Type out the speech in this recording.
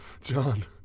John